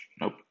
nope